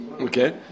Okay